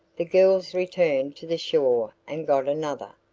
the girls returned to the shore and got another.